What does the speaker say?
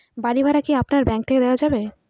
বাড়ী ভাড়া কি আপনার ব্যাঙ্ক থেকে দেওয়া যাবে?